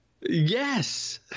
Yes